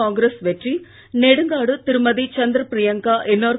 காங்கிரஸ் வெற்றி நெடுங்காடு திருமதிசந்திரபிரியங்கா என்ஆர்